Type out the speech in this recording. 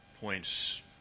points